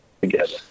together